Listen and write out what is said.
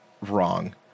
wrong